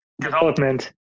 development